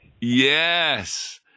yes